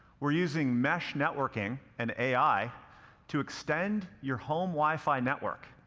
we're using mesh networking and ai to extend your home wifi network.